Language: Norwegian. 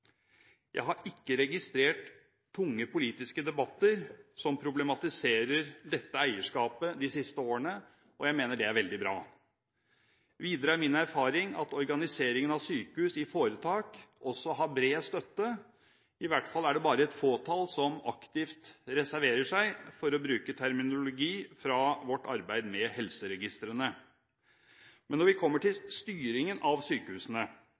Jeg har ikke registrert tunge politiske debatter som problematiserer dette eierskapet de siste årene, og jeg mener det er veldig bra. Videre er min erfaring at organiseringen av sykehus i foretak også har bred støtte, i hvert fall er det bare et fåtall som aktivt reserverer seg, for å bruke terminologi fra vårt arbeid med helseregistrene. Når vi kommer til styringen av sykehusene,